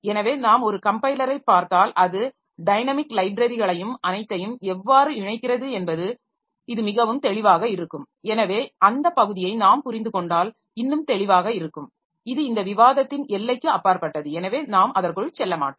எனவே நாம் ஒரு கம்பைலரை பார்த்தால் அது டைனமிக் லைப்ரரிகளையும் அனைத்தையும் எவ்வாறு இணைக்கிறது என்பது இது மிகவும் தெளிவாக இருக்கும் எனவே அந்த பகுதியை நாம் புரிந்து கொண்டால் இன்னும் தெளிவாக இருக்கும் இது இந்த விவாதத்தின் எல்லைக்கு அப்பாற்பட்டது எனவே நாம் அதற்குள் செல்ல மாட்டோம்